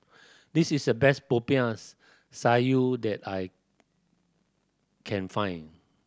this is the best Popiah Sayur that I can find